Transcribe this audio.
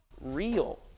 real